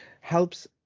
helps